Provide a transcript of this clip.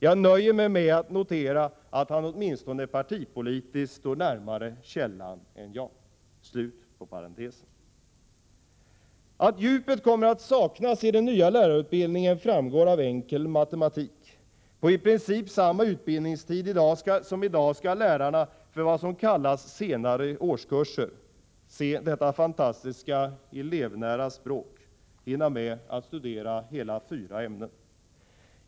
Jag nöjer mig med att notera att han åtminstone partipolitiskt står närmare källan än jag. Att djupet kommer att saknas i den nya lärarutbildningen framgår av enkel matematik. På i princip samma utbildningstid som i dag skall lärarna för vad som kallas senare årskurser — se detta fantastiska elevnära språk — hinna med att studera hela fyra ämnen.